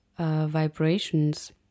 Vibrations